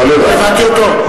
אתה לא הבנת אותו.